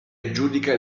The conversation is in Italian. aggiudica